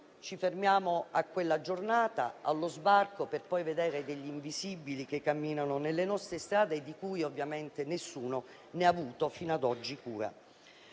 ci fermiamo a quella giornata, allo sbarco, per poi vedere degli invisibili che camminano sulle nostre strade, di cui ovviamente fino ad oggi nessuno ha avuto cura.